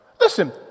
Listen